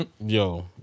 Yo